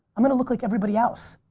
i'm gonna look like everybody else.